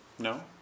No